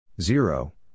Zero